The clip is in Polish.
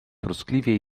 troskliwie